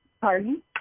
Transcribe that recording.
pardon